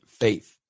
faith